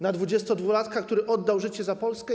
Na dwudziestodwulatka, który oddał życie za Polskę?